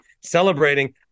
celebrating